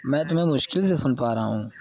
میں تمہیں مشکل سے سن پا رہا ہوں